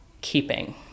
keeping